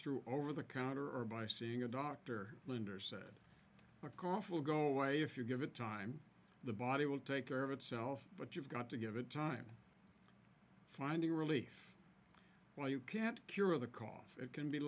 through over the counter or by seeing a doctor linder said a cough will go away if you give it time the body will take care of itself but you've got to give it time finding relief well you can't cure the cough it can be